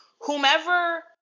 whomever